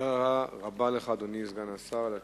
תודה רבה לך, אדוני סגן השר, על התשובות.